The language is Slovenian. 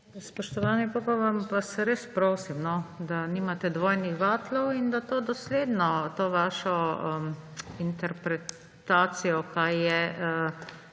Spoštovani, potem vas pa res prosim, da nimate dvojnih vatlov in da to dosledno to vašo interpretacijo, kaj je